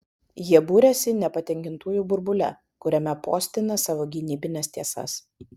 jie buriasi nepatenkintųjų burbule kuriame postina savo gynybines tiesas